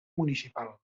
municipal